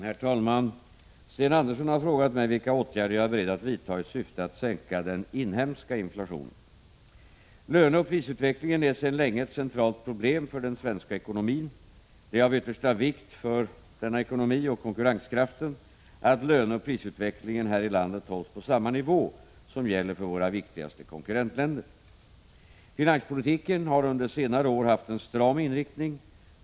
Herr talman! Sten Andersson i Malmö har frågat mig vilka åtgärder jag är beredd att vidta i syfte att sänka den ”inhemska” inflationen. Löneoch prisutvecklingen är sedan länge ett centralt problem för den svenska ekonomin. Det är av yttersta vikt för den svenska ekonomin och konkurrenskraften att löneoch prisutvecklingen här i landet hålls på samma nivå som gäller för våra viktigaste konkurrentländer. Finanspolitiken har under senare år haft en stram inriktning.